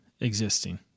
existing